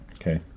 Okay